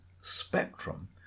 spectrum